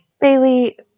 Bailey